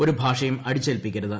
ഒരു ഭാഷയും അടിച്ചേൽപ്പിക്കരുത്